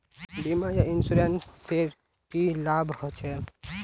बीमा या इंश्योरेंस से की लाभ होचे?